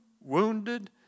wounded